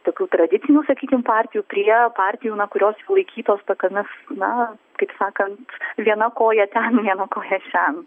tokių tradicinių sakykim partijų prie partijų na kurios laikytos tokiomis na kaip sakant viena koja ten viena koja šen